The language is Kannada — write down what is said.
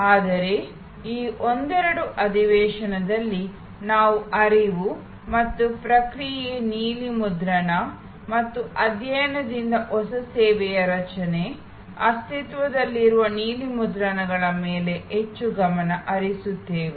ಆದರೆ ಈ ಒಂದೆರಡು ಅಧಿವೇಶನದಲ್ಲಿ ನಾವು ಹರಿವು ಮತ್ತು ಪ್ರಕ್ರಿಯೆಯ ನೀಲಿ ನಕ್ಷೆ ಮತ್ತು ಅಧ್ಯಯನದಿಂದ ಹೊಸ ಸೇವೆಯ ರಚನೆ ಅಸ್ತಿತ್ವದಲ್ಲಿರುವ ನೀಲಿ ನಕ್ಷೆಗಳ ಮೇಲೆ ಹೆಚ್ಚು ಗಮನ ಹರಿಸುತ್ತೇವೆ